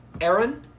Aaron